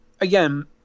again